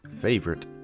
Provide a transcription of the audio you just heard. favorite